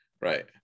right